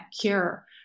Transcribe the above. cure